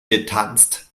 getanzt